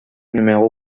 numéro